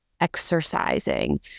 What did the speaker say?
exercising